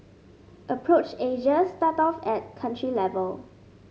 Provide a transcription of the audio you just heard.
approach Asia start off at country level